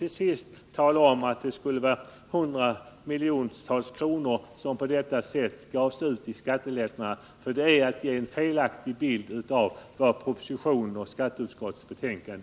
Han sade att det på detta sätt skulle bli skattelättnader på hundratals miljoner kronor, men detta är att ge en felaktig bild av innehållet i propositionen och skatteutskottets betänkande.